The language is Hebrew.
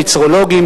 מצרולוגים,